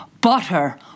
butter